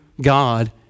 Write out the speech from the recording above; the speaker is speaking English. God